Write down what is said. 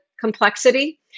complexity